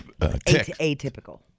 atypical